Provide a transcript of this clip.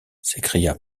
s’écria